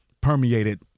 permeated